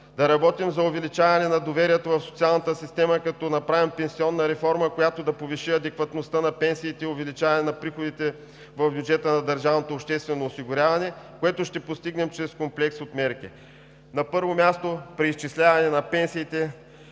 Да работим за увеличаване на доверието в социалната система, като направим пенсионна реформа, която да повиши адекватността на пенсиите, увеличаване на приходите в бюджета на държавното обществено осигуряване, което ще постигнем чрез комплекс от мерки: На първо място, преизчисляване на пенсиите.